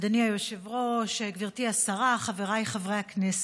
אדוני היושב-ראש, גברתי השרה, חבריי חברי הכנסת,